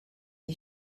you